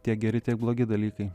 tiek geri tiek blogi dalykai